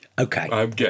Okay